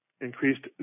increased